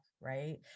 right